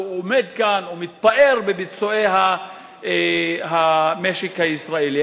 עומד כאן ומתפאר בביצועי המשק הישראלי.